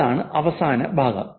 അതാണ് അവസാന ഭാഗം